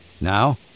Now